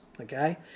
okay